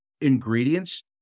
ingredients